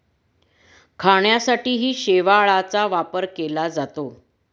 खाण्यासाठीही शेवाळाचा वापर केला जातो